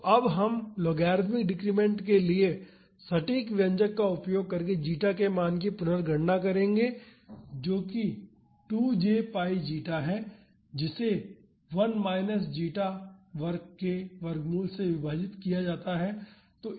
तो अब हम लॉगरिदमिक डिक्रीमेंट के लिए सटीक व्यंजक का उपयोग करके जीटा के मान की पुनर्गणना करेंगे जो कि 2 j π जीटा है जिसे 1 माइनस जेटा वर्ग के वर्गमूल से विभाजित किया जाता है